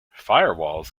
firewalls